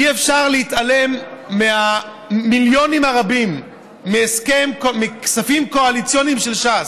אי-אפשר להתעלם מהמיליונים הרבים מכספים קואליציוניים של ש"ס.